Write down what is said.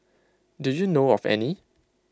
do you know of any